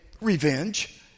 revenge